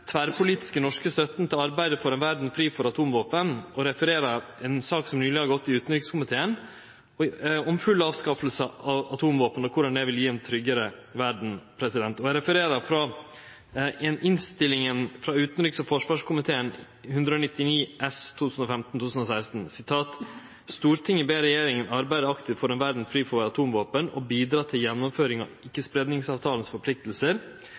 tverrpolitiske norske støtta til arbeidet for ei verd fri for atomvåpen og refererer til ei sak som nyleg har vore oppe i utanriks- og forsvarskomiteen om full avskaffing av atomvåpen, og korleis det vil gje ei tryggare verd. Eg refererer frå Innst. 199 S for 2015–2016 frå utanriks- og forsvarskomiteen: «Stortinget ber regjeringen arbeide aktivt for en verden fri for atomvåpen og bidra til gjennomføring av Ikkespredningsavtalens forpliktelser,